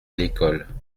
l’école